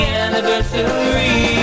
anniversary